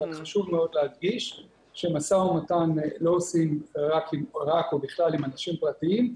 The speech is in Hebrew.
חשוב מאוד להדגיש שמשא ומתן לא עושים רק או בכלל עם אנשים פרטיים.